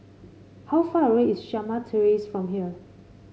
how far away is Shamah Terrace from here